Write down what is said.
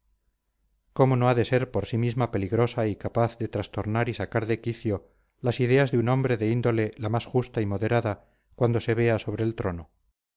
cómo no ha de ser por sí misma peligrosa y capaz de trastornar y sacar de quicio las ideas de un hombre de índole la más justa y moderada cuando se vea sobre el trono